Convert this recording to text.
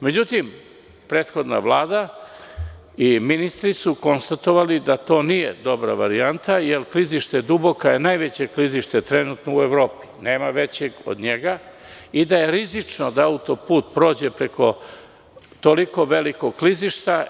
Međutim, prethodna Vlada i ministri su konstatovali da to nije dobra varijanta, jer klizište Duboko je najveće klizište, trenutno, u Evropi, nema većeg od njega i da je rizično da autoput prođe preko tog velikog klizišta.